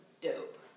dope